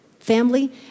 Family